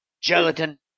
gelatin